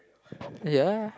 ya